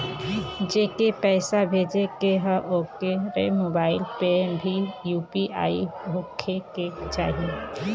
जेके पैसा भेजे के ह ओकरे मोबाइल मे भी यू.पी.आई होखे के चाही?